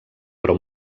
però